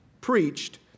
preached